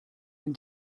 and